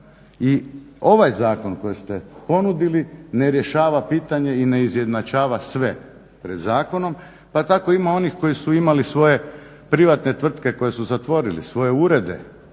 I ovaj zakon koji ste ponudili ne rješava pitanje i ne izjednačava sve pred zakonom. Pa tako ima onih koji su imali svoje privatne tvrtke koje su zatvorili, svoje urede,